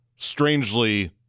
Strangely